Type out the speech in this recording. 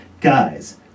guys